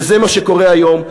וזה מה שקורה היום,